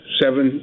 seven